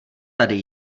tady